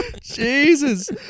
Jesus